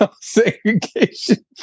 Segregation